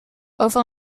over